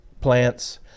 plants